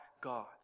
God